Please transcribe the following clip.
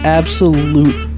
absolute